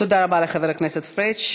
תודה רבה לחבר הכנסת פריג'.